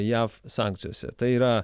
jav sankcijose tai yra